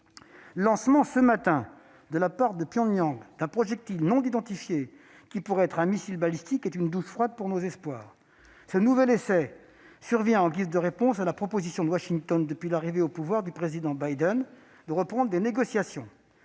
le lancement ce matin même par Pyongyang d'un projectile non identifié, qui pourrait être un missile balistique, a fait l'effet d'une douche froide. Ce nouvel essai survient en guise de réponse à la proposition de Washington, depuis l'arrivée au pouvoir du président Biden, de reprendre les négociations.